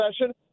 session